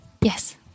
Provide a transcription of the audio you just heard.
Yes